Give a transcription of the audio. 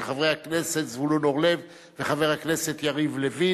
של חברי הכנסת זבולון אורלב ויריב לוין.